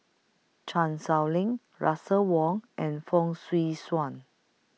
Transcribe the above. Chan Sow Lin Russel Wong and Fong Swee Suan